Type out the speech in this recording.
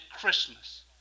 Christmas